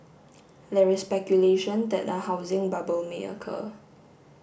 there is speculation that a housing bubble may occur